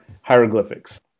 Hieroglyphics